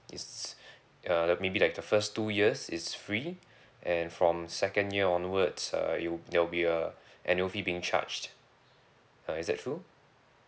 it's uh the maybe like the first two years is free and from second year onwards uh it'll there will be uh annual fee being charged uh is that true